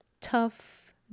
tough